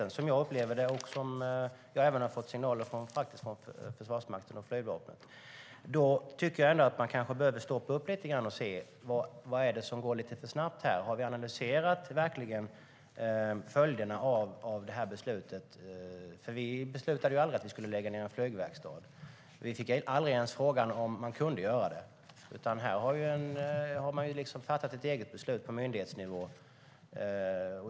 Det är så jag upplever det, och jag har även fått signaler om detta från Försvarsmakten och Flygvapnet. Då tycker jag att man behöver stoppa upp lite grann och se vad det är som går lite för snabbt. Har vi verkligen analyserat följderna av beslutet? Vi beslutade ju aldrig att vi skulle lägga ned en flygverkstad; vi fick aldrig ens frågan om man kunde göra det. Här har man fattat ett eget beslut på myndighetsnivå.